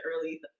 early